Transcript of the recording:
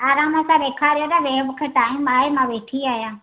आराम सां ॾेखारियो न वेह मूंखे टाइम आहे मां वेठी आहियां